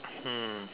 um